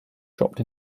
dropped